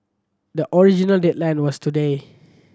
the original deadline was today